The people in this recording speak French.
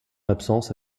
absence